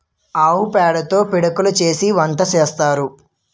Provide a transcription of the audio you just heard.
ఆవు పేడతో పిడకలు చేసి వంట సేత్తారు